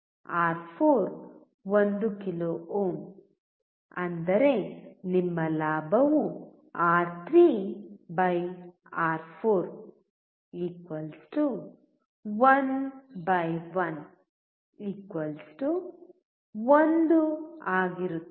R4 1 kilo ohm ಅಂದರೆ ನಿಮ್ಮ ಲಾಭವು ಆರ್3 ಆರ್4 111 R3R4 111 ಆಗಿರುತ್ತದೆ